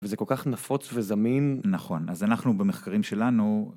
וזה כל כך נפוץ וזמין. נכון, אז אנחנו במחקרים שלנו...